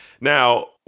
Now